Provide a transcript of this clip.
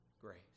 grace